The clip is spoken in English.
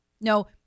No